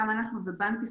גם אנחנו ובנק ישראל,